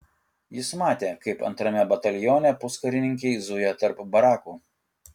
jis matė kaip antrame batalione puskarininkiai zuja tarp barakų